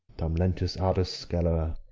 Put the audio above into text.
tam lentus audis scelera?